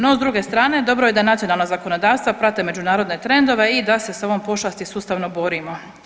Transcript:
No s druge strane, dobro je da nacionalna zakonodavstva prate međunarodne trendove i da se sa ovom pošasti sustavno borimo.